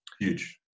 Huge